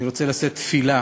אני רוצה לשאת תפילה